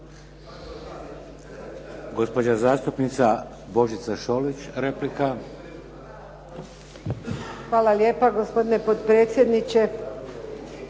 Hvala lijepo gospodine potpredsjedniče,